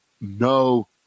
no